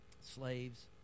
slaves